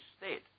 state